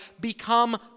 become